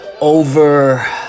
over